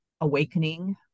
awakening